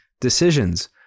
decisions